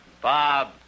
Bob